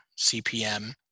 CPM